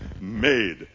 made